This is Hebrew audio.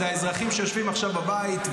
אז האזרחים שיושבים עכשיו בבית,